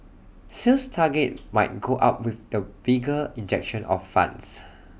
sales targets might go up with the bigger injection of funds